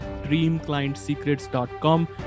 dreamclientsecrets.com